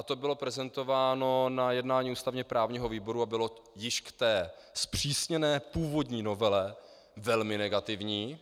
To bylo prezentováno na jednání ústavněprávního výboru a bylo již k té zpřísněné původní novele velmi negativní.